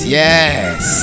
yes